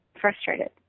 frustrated